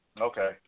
okay